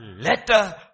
letter